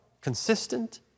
consistent